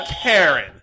Karen